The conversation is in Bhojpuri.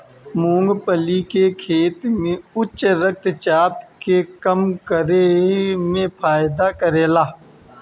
मूंगफली के तेल उच्च रक्त चाप के कम करे में फायदा करेला